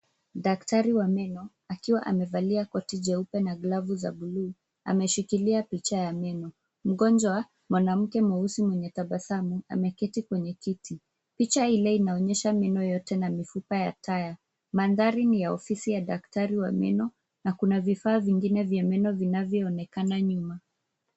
Daktari wa meno akiwa amevalia koti jeupe na glavu za bluu, ameshikilia picha ya meno. Mgonjwa mwanamke mweusi mwenye tabasamu, ameketi kwenye kiti. Picha Ile inaonyesha meno yote na mifupa ya taya. Mandhari ni ya ofisi ya daktari wa meno na kuna vifaa vingine vya meno vinavyoonekana nyuma.